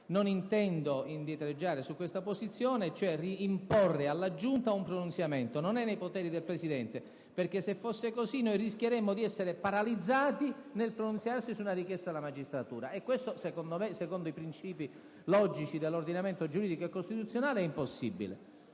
Non intendo indietreggiare su questa posizione, cioè di imporre alla Giunta un pronunciamento. Non è nei poteri del Presidente, perché, se così fosse, rischieremmo di essere paralizzati nel pronunziarci su una richiesta della magistratura. Questo - a mio avviso e secondo i principi dell'ordinamento giuridico e costituzionale - è impossibile.